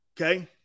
Okay